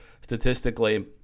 statistically